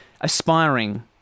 aspiring